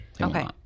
Okay